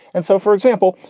and so, for example,